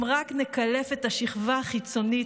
אם רק נקלף את השכבה החיצונית,